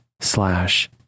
slash